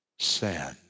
sin